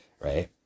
Right